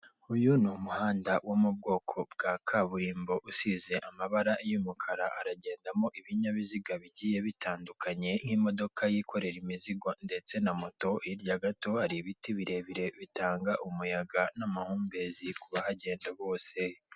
Uyu ni umuhanda wo mu bwoko bwa kaburimbo usize amabara y'umukara uragendamo ibinyabiziga bigiye bitandukanye nk'imodoka yikorera imizigo ndetse na moto hirya gato hari ibiti birebire bitanga umuyaga n'amahumbezi kubagenda bose .